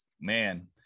man